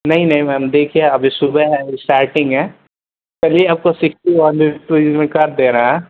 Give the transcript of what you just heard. नहीं नहीं मैम देखिए अभी सुबह है इस्टरटींग है चलिए आपको सिक्स्टी वाले में कर दे रहे हैं